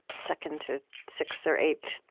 second to sixth or eighth,